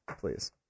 please